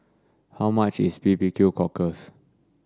how much is B B Q cockle